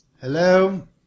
Hello